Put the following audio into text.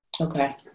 Okay